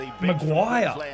Maguire